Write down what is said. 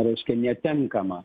reiškia netenkama